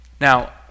Now